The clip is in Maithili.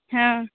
हँ